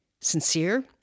sincere